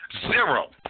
Zero